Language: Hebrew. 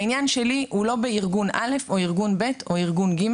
העניין שלי הוא לא בארגון א' או ארגון ב' או ארגון ג',